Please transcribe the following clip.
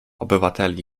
obywateli